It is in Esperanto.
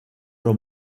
pro